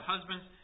Husbands